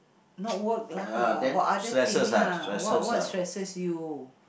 not work lah about other thing lah what what stresses you